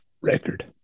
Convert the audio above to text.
record